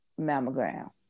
mammogram